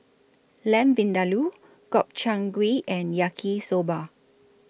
Lamb Vindaloo Gobchang Gui and Yaki Soba